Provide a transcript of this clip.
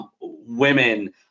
Women